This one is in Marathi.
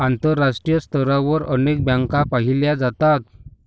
आंतरराष्ट्रीय स्तरावर अनेक बँका पाहिल्या जातात